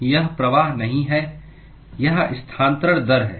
यह प्रवाह नहीं है यह स्थानांतरण दर है